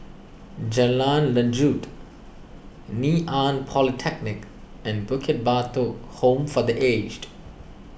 Jalan Lanjut Ngee Ann Polytechnic and Bukit Batok Home for the Aged